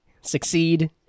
succeed